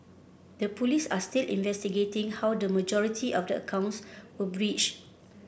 the Police are still investigating how the majority of the accounts were breached